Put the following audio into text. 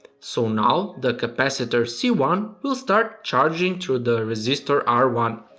so now the capacitor c one will start charging to the resistor r one.